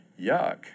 yuck